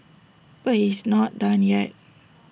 but he is not done yet